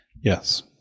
Yes